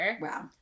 Wow